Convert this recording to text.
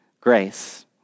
grace